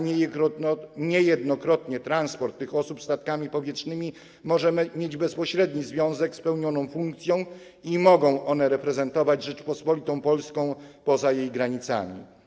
Niejednokrotnie transport tych osób statkami powietrznymi może mieć bezpośredni związek z pełnioną przez nie funkcją i mogą one reprezentować Rzeczpospolitą Polską poza jej granicami.